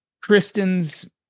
Kristen's